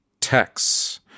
texts